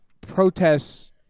protests